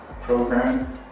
program